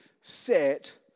set